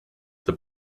the